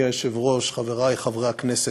היושב-ראש, חברי חברי הכנסת,